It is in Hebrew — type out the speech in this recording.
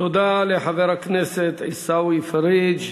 תודה לחבר הכנסת עיסאווי פריג'.